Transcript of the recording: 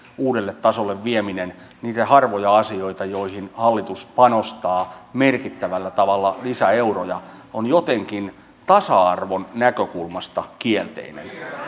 uudelle tasolle vieminen niitä harvoja asioita joihin hallitus panostaa merkittävällä tavalla lisäeuroja on jotenkin tasa arvon näkökulmasta kielteinen